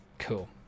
cool